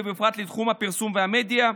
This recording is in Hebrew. ובפרט לתחום הפרסום והמדיה.